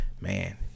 man